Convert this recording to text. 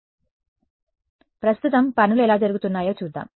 కాబట్టి ప్రస్తుతం పనులు ఎలా జరుగుతున్నాయో చూద్దాం